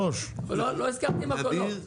כדי שיהפכו להיות כוח קנייה מרוכז,